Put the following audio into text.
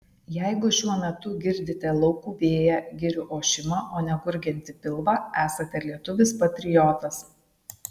jeigu šiuo metu girdite laukų vėją girių ošimą o ne gurgiantį pilvą esate lietuvis patriotas